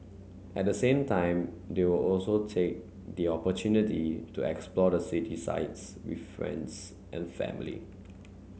at the same time they will also take the opportunity to explore the city sights with friends and family